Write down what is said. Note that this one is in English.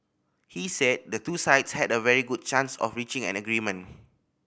he said the two sides had a very good chance of reaching an agreement